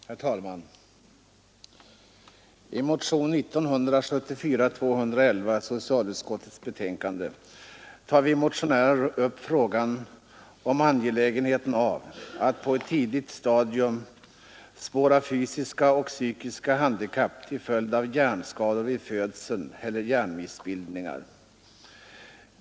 Herr talman! I motion nr 211, som behandlas i socialutskottets betänkande, framhåller vi motionärer angelägenheten av att på ett tidigt stadium spåra fysiska och psykiska handikapp till följd av hjärnskador vid födseln eller hjärnmissbildningar.